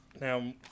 Now